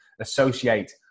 associate